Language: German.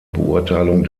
beurteilung